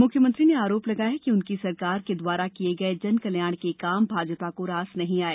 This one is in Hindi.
मुख्यमंत्री ने आरोप लगाया कि उनकी सरकार के द्वारा किये जनकल्याण के काम भाजपा को रास नहीं आए